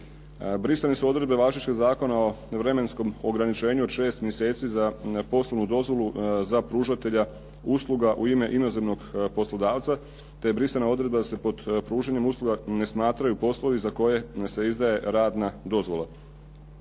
Brisane su odredbe važećeg Zakona o vremenskom ograničenju od šest mjeseci za poslovnu dozvolu za pružatelja usluga u ime inozemnog poslodavca te je brisana odredba da se pod pružanjem usluga ne smatraju poslovi za koje se izdaje radna dozvola.